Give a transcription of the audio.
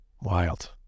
Wild